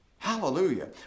Hallelujah